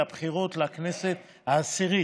לבחירות לכנסת העשירית.